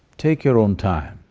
take your own time.